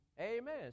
Amen